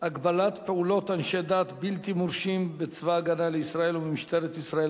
הגבלת פעולות אנשי דת בלתי מורשים בצבא-הגנה לישראל ובמשטרת ישראל,